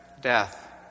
death